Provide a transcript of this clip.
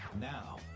now